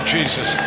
Jesus